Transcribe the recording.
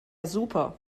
super